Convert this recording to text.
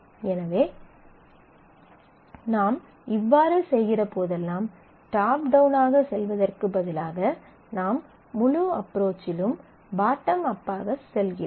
எனவே நாம் இவ்வாறு செய்கிற போதெல்லாம் டாப் டௌனாகச் செல்வதற்குப் பதிலாக நாம் முழு அப்ரோச்சிலும் பாட்டம் அப்பாகச் செல்கிறோம்